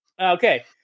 Okay